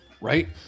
Right